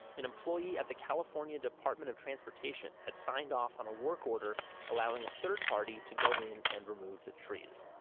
an employee at the california department of transportation had signed off on a work order allowing a third party to go in and remove the trees.